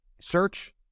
search